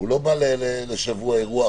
הוא לא בא לשבוע אירוח,